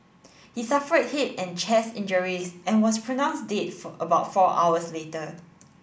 he suffered head and chest injuries and was pronounced dead for about four hours later